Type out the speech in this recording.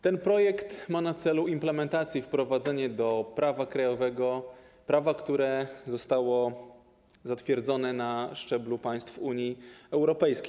Ten projekt ma na celu implementację i wprowadzenie do prawa krajowego prawa, które zostało zatwierdzone na szczeblu państw Unii Europejskiej.